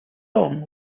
song